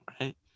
right